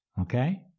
Okay